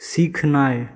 सीखनाइ